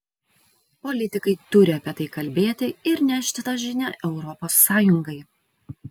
politikai turi apie tai kalbėti ir nešti tą žinią europos sąjungai